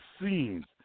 scenes